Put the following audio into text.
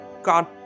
gone